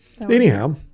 Anyhow